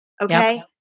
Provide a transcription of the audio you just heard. Okay